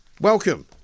Welcome